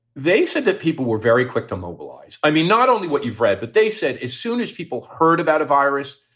they said that people were very quick to mobilize. i mean, not only what you've read, but they said as soon as people heard about a virus,